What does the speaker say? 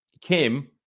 Kim